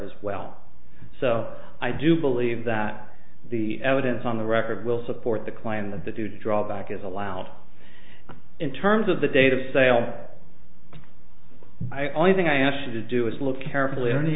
as well so i do believe that the evidence on the record will support the claim that the do draw back is allowed in terms of the date of sale i only thing i ask you to do is look carefully at any